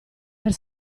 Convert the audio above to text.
per